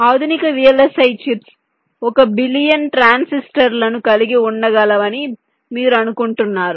ఆధునిక VLSI chips ఒక billion ట్రాన్సిస్టర్లను కలిగి ఉండగలవని మీరు అనుకుంటున్నారు